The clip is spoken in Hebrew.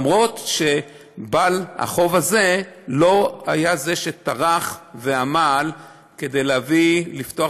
גם אם בעל החוב הזה לא היה זה שטרח ועמל כדי לפתוח